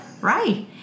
Right